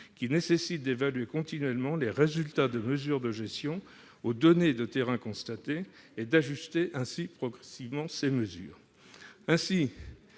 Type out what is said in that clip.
qui nécessite de comparer continuellement les résultats des mesures de gestion aux données de terrain constatées, afin d'ajuster progressivement lesdites mesures.